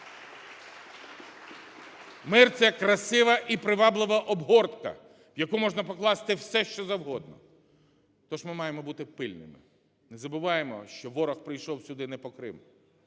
Мир – це красива і приваблива обгортка, в яку можна покласти все що завгодно. Тож ми маємо бути пильними. Не забуваємо, що ворог прийшов сюди не по Крим